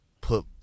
put